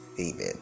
Amen